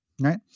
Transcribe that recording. right